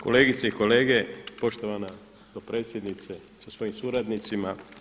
Kolegice i kolege, poštovana dopredsjednice sa svojim suradnicima.